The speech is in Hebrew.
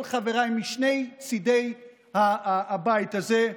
כל חבריי משני צידי הבית הזה.